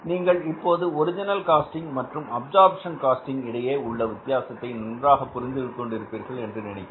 நீங்கள் இப்போது original casting மற்றும் அப்சர்ப்ஷன் காஸ்டிங் இடையே உள்ள வித்தியாசத்தை நன்றாகப் புரிந்து கொண்டிருப்பீர்கள் என்று நினைக்கிறேன்